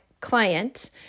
client